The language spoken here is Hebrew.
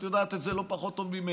את יודעת את זה לא פחות טוב ממני,